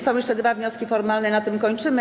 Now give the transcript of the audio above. Są jeszcze dwa wnioski formalne i na tym kończymy.